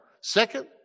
Second